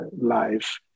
life